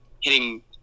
hitting